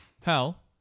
Hell